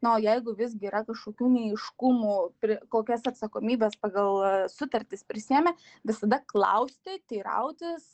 na o jeigu visgi yra kažkokių neaiškumų pri kokias atsakomybes pagal sutartis prisiėmė visada klausti teirautis